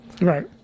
right